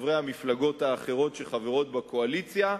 שחברי המפלגות האחרות שחברות בקואליציה,